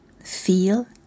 feel